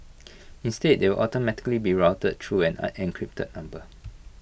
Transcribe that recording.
instead they will automatically be routed through an encrypted number